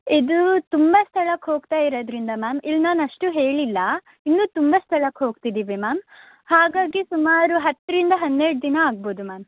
ಇದು ತುಂಬ ಸ್ಥಳಕ್ಕೆ ಹೋಗ್ತಾ ಇರೋದ್ರಿಂದ ಮ್ಯಾಮ್ ಇಲ್ಲಿ ನಾನು ಅಷ್ಟೂ ಹೇಳಿಲ್ಲ ಇನ್ನೂ ತುಂಬ ಸ್ಥಳಕ್ಕೆ ಹೋಗ್ತಿದ್ದೀವಿ ಮ್ಯಾಮ್ ಹಾಗಾಗಿ ಸುಮಾರು ಹತ್ತರಿಂದ ಹನ್ನೆರಡು ದಿನ ಆಗ್ಬೋದು ಮ್ಯಾಮ್